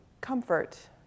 comfort